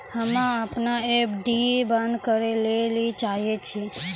हम्मे अपनो एफ.डी बन्द करै ले चाहै छियै